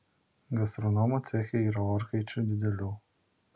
gastronomo ceche yra orkaičių didelių